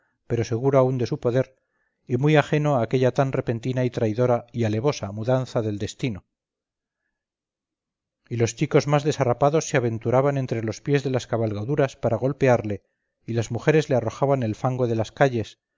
pero seguro aún de su poder y muy ajeno a aquella tan repentina y traidora y alevosa mudanza del destino y los chicos más desarrapados se aventuraban entre los pies de las cabalgaduras para golpearle y las mujeres le arrojaban el fango de las calles